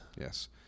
Yes